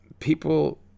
People